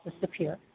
disappear